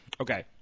Okay